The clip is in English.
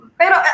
pero